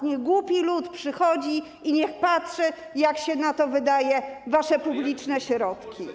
Niech głupi lud przychodzi i niech patrzy, jak się na to wydaje wasze publiczne środki.